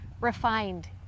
refined